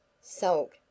Salt